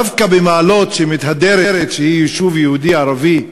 דווקא במעלות, שמתהדרת שהיא יישוב יהודי-ערבי,